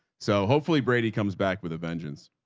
so hopefully brady comes back with a vengeance.